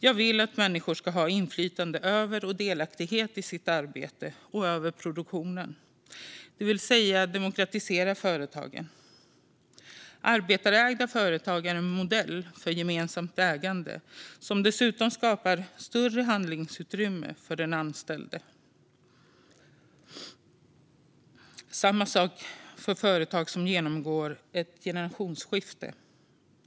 Jag vill att människor ska ha inflytande över och delaktighet i sitt arbete och över produktionen, det vill säga demokratisera företagen. Arbetstagarägda företag är en modell för gemensamt ägande som dessutom skapar större handlingsutrymme för den anställde. Samma sak gäller för företag som genomgår ett generationsskifte.